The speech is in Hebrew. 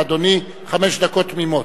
לאדוני חמש דקות תמימות.